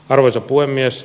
arvoisa puhemies